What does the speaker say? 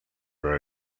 were